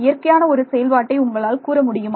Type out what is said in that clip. இயற்கையான ஒரு செயல்பாட்டை உங்களால் கூற முடியுமா